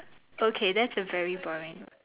okay that's a very boring